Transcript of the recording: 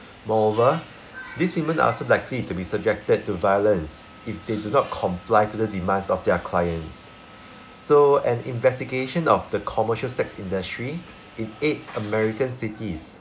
moreover these women are also likely to be subjected to violence if they do not comply to the demands of their clients so an investigation of the commercial sex industry in eight american cities